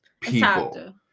people